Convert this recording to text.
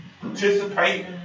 participate